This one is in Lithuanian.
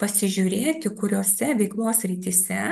pasižiūrėti kuriose veiklos srityse